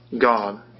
God